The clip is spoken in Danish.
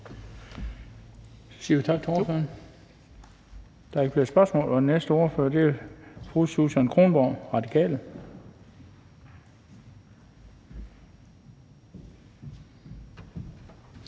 Så siger vi tak til ordføreren. Der er ikke flere spørgsmål. Den næste ordfører er fru Susan Kronborg, Radikale